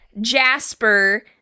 Jasper